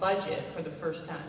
budget for the first time